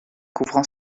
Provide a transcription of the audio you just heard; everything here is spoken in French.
couvrant